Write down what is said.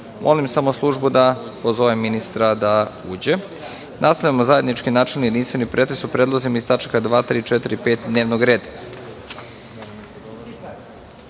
samo službu da pozove ministra da uđe. Nastavljamo zajednički, načelni, jedinstveni pretres o Predlozima iz tačaka 2, 3, 4. i 5. dnevnog reda.Za